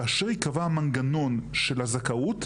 כאשר ייקבע המנגנון של הזכאות,